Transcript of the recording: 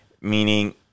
Meaning